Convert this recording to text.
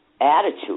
attitude